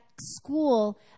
school